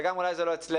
וגם אולי זה לא אצלנו.